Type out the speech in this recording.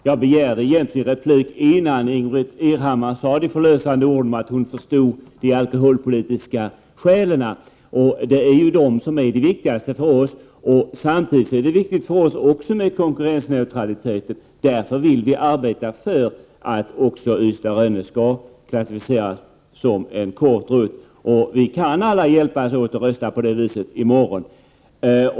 Herr talman! Jag begärde egentligen replik innan Ingbritt Irhammar sade de förlösande orden, dvs. att hon förstod de alkoholpolitiska skälen. Det är de som är det viktigaste för oss i miljöpartiet. Samtidigt är det viktigt med konkurrensneutralitet, och därför vill vi arbeta för att också linjen Ystad— Rönne skall klassificeras som kort rutt. Vi kan alla hjälpas åt genom att rösta på det viset i morgon.